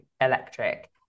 electric